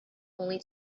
only